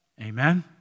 Amen